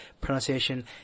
pronunciation